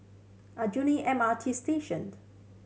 Aljunied M R T Station